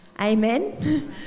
amen